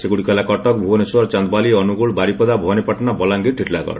ସେଗୁଡ଼ିକ ହେଲା କଟକ ଭୁବନେଶ୍ୱର ଚାନ୍ଦବାଲି ଅନୁଗୁଳ ବାରିପଦା ଭବାନୀପାଟଣା ବଲାଙ୍ଗୀର ଟିଟିଲାଗଡ